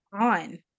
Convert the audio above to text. on